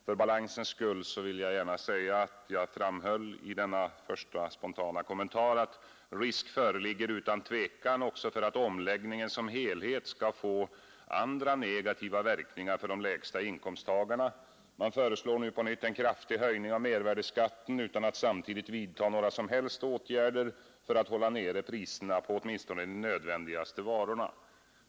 För balansens skull vill jag gärna säga att jag i denna första spontana kommentar framhöll följande: ”Risk föreligger utan tvekan också för att omläggningen som helhet skall få andra negativa verkningar för de lägsta inkomsttagarna. Man föreslår nu på nytt en kraftig höjning av mervärdeskatten utan att samtidigt vidta några som helst åtgärder för att hålla nere priserna på åtminstone de nödvändigaste varorna.